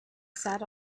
sat